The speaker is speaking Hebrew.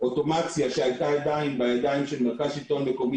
אוטומציה שהיתה בידיים של מרכז שלטון מקומי,